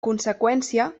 conseqüència